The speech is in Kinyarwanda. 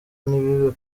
ntibibe